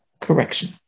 correction